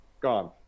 Gone